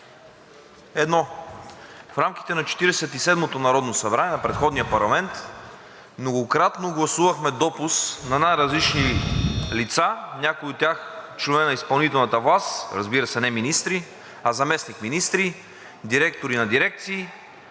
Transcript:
едно. В рамките на Четиридесет и седмото народно събрание многократно гласувахме допуск на най-различни лица, някои от тях членове на изпълнителната власт, разбира се, не министри, а заместник-министри, директори на дирекции,